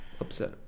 upset